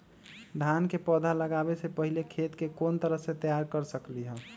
धान के पौधा लगाबे से पहिले खेत के कोन तरह से तैयार कर सकली ह?